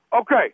Okay